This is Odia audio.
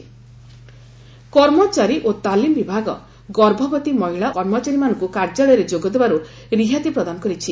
ଗଭ୍ ଏକ୍ସାମିନେସନ କର୍ମଚାରୀ ଓ ତାଲିମ ବିଭାଗ ଗର୍ଭବତୀ ମହିଳା କର୍ମଚାରୀମାନଙ୍କୁ କାର୍ଯ୍ୟାଳୟରେ ଯୋଗଦେବାରୁ ରିହାତି ପ୍ରଦାନ କରିଛି